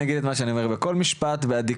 אני אגיד את מה שאני אומר בכל משפט באדיקות,